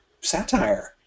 satire